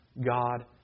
God